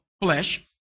flesh